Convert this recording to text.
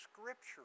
scripture